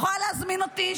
היא יכולה להזמין אותי,